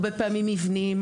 הרבה פעמים מבניים.